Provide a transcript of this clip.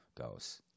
goes